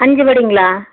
அஞ்சு படிங்களா